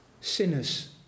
sinners